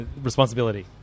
responsibility